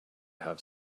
have